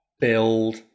Build